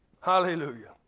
Hallelujah